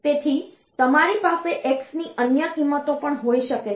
તેથી તમારી પાસે x ની અન્ય કિંમતો પણ હોઈ શકે છે